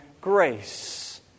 grace